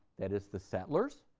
that is the settlers,